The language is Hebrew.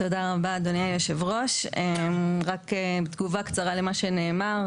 תודה רבה, אדוני היו"ר, רק תגובה קצרה למה שנאמר.